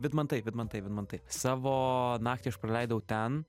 vidmantai vidmantai vidmantai savo naktį aš praleidau ten